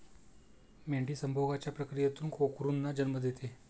मेंढी संभोगाच्या प्रक्रियेतून कोकरूंना जन्म देते